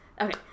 Okay